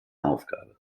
aufgabe